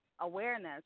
awareness